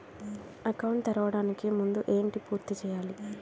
Account తెరవడానికి ముందు ఏంటి పూర్తి చేయాలి?